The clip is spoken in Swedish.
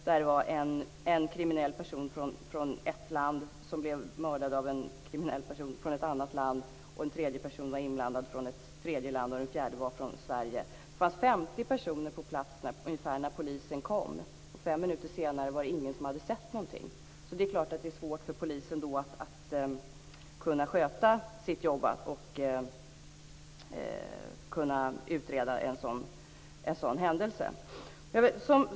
Det var en kriminell person från ett land som blev mördad av en kriminell person från ett annat land. En tredje person från ett tredje land var inblandad och den fjärde var från Sverige. Det fanns ungefär 50 personer på plats när polisen kom. Fem minuter senare var det ingen som hade sent någonting. Det är klart att det då är svårt för polisen att sköta sitt jobb och utreda en sådan händelse.